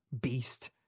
beast